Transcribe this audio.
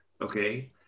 okay